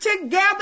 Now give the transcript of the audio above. together